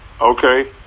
Okay